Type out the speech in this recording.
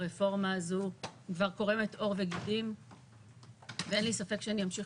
היא כבר קורמת עור וגידים ואין לי ספק שאני אמשיך